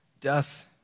death